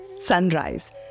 sunrise